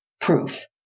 proof